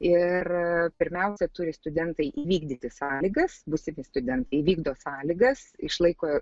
ir pirmiausia turi studentai įvykdyti sąlygas būsimi studentai įvykdo sąlygas išlaiko